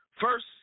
First